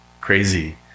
crazy